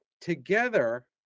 together